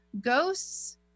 ghosts